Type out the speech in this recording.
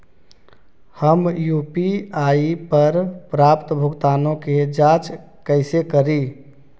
हम यु.पी.आई पर प्राप्त भुगतानों के जांच कैसे करी?